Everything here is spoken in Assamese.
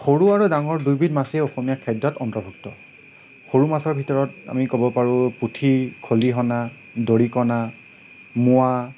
সৰু আৰু ডাঙৰ দুয়োবিধ মাছেই অসমীয়া খাদ্যত অন্তৰ্ভুক্ত সৰু মাছৰ ভিতৰত আমি ক'ব পাৰোঁ পুঠি খলিহনা ডৰিকনা মোৱা